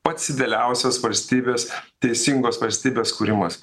pats idealiausias valstybės teisingos valstybės kūrimas